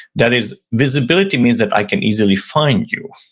that is visibility means that i can easily find you.